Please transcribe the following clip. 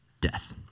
death